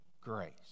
grace